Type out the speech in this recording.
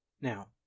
Now